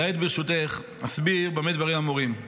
כעת, ברשותך, אסביר במה דברים אמורים.